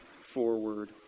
forward